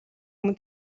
өмнө